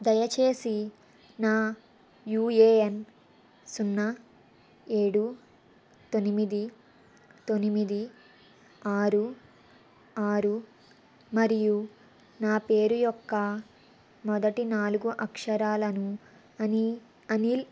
దయచేసి నా యూఏఎన్ సున్నా ఏడు తొమ్మిది తొమ్మిది ఆరు ఆరు మరియు నా పేరు యొక్క మొదటి నాలుగు అక్షరాలను అని అనిల్